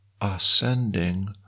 ascending